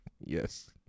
yes